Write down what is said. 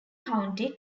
county